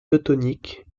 teutoniques